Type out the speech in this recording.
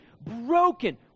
Broken